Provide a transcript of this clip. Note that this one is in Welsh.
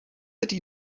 ydy